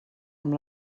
amb